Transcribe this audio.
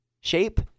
shape